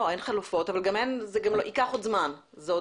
אין חלופות וזה גם ייקח זמן.